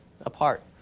apart